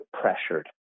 pressured